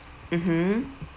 mmhmm